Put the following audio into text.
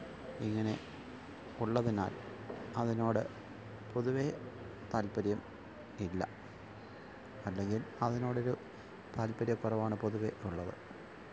ഇങ്ങനെ ഉള്ളതിനാല് അതിനോട് പൊതുവെ താല്പ്പര്യം ഇല്ല അല്ലെങ്കില് അതിനോടൊരു താല്പ്പര്യക്കുറവാണ് പൊതുവേ ഉള്ളത്